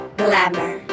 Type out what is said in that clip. glamour